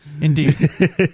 Indeed